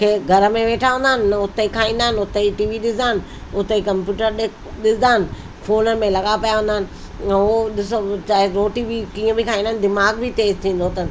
घर में वेठा हूंदा आहिनि उते खाईंदा आहिनि उते ई टी वी ॾिसंदा आहिनि उते ई कंपयूटर ॾि ॾिसंदा आहिनि फोन में लॻा पिया हूंदा आहिनि हू ॾिसो चाहे रोटी बि कीअं बि खाईंदा आहिनि दिमाग़ बि तेज़ु थींदो अथनि